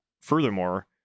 furthermore